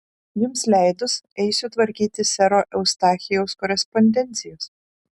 jums leidus eisiu tvarkyti sero eustachijaus korespondencijos